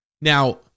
Now